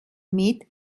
mit